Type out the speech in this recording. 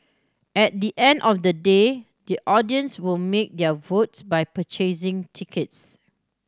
at the end of the day the audience will make their votes by purchasing tickets